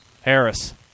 Harris